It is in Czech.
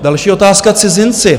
Další otázka cizinci.